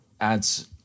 adds